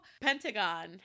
Pentagon